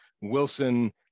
Wilson